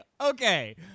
okay